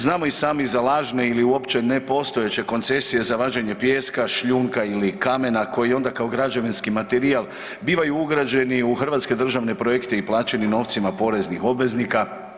Znamo i svi za lažne ili uopće ne postojeće koncesije za vađenje pijeska, šljunka ili kamena koji onda kao građevinski materijal bivaju ugrađeni u hrvatske državne projekte i plaćeni novcima poreznih obveznika.